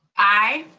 aye.